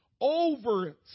Over